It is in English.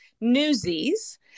Newsies